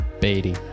Beatty